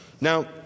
Now